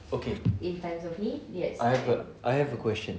okay I have a I have a question